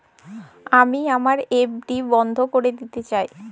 আমি আমার এফ.ডি বন্ধ করে দিতে চাই